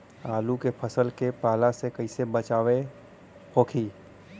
आलू के फसल के पाला से कइसे बचाव होखि?